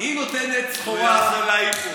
היא נותנת סחורה, הוא יעשה לה איפון.